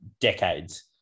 decades